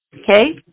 okay